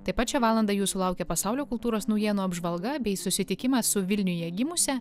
taip pat šią valandą jūsų laukia pasaulio kultūros naujienų apžvalga bei susitikimas su vilniuje gimusia